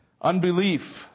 Unbelief